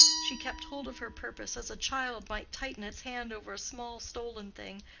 she kept hold of her purpose as a child might tighten its hand over a small stolen thing,